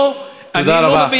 אני לא מביע בהם אמון, תודה.